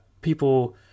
people